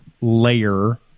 layer